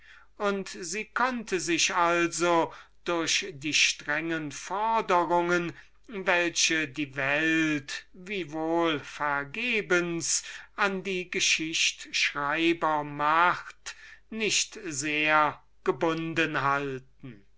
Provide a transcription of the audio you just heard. und sie konnte sich also durch die strengen forderungen welche die letztere wiewohl vergebens an die geschichtschreiber macht nicht so sehr gebunden halten